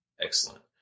Excellent